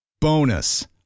Bonus